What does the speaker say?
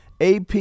AP